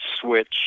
switch